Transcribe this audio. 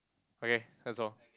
okay that's all